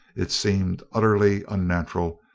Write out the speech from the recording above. it seemed utterly unnatural,